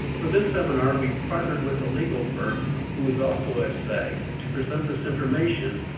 for this seminar we partnered with a legal firm, who is also a seg, to present this information.